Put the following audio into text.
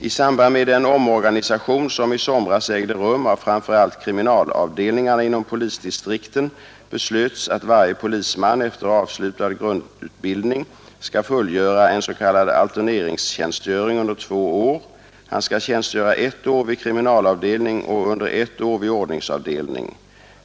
I samband med den omorganisation som i somras ägde rum av framför allt kriminalavdelningarna inom polisdistrikten beslöts att varje polisman efter avslutad grundutbildning skall fullgöra en s.k. alterneringstjänstgöring under två år. Han skall tjänstgöra ett år vid kriminalavdelning och ett år vid ordningsavdelning.